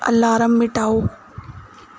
alarm ਮਿਟਾਓ